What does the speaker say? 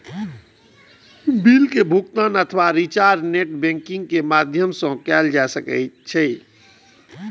bill के भुगातन अथवा रिचार्ज नेट बैंकिंग के माध्यम सं कैल जा सकै छै